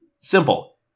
Simple